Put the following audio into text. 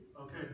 Okay